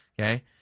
Okay